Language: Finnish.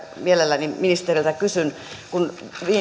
mielelläni ministeriltä kysyn kun